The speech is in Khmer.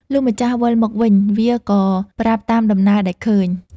លុះម្ចាស់វិលមកវិញ វាក៏ប្រាប់តាមដំណើរដែលឃើញ ។